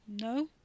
No